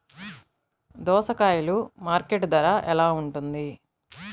దోసకాయలు మార్కెట్ ధర ఎలా ఉంటుంది?